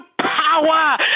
power